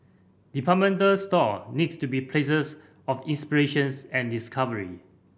department store needs to be places of inspirations and discovery